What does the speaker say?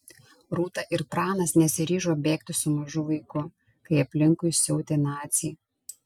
rūta ir pranas nesiryžo bėgti su mažu vaiku kai aplinkui siautė naciai